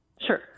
Sure